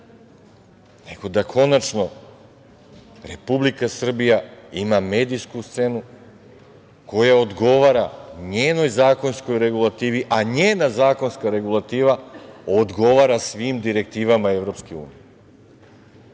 nego da konačno Republika Srbija ima medijsku scenu koja odgovara njenoj zakonskoj regulativi, a njena zakonska regulativa odgovara svim direktivama EU.